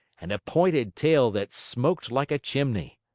and a pointed tail that smoked like a chimney.